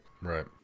Right